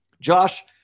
Josh